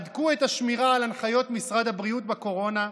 הדקו את השמירה על הנחיות משרד הבריאות בקורונה.